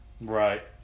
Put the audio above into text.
Right